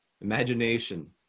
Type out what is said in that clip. imagination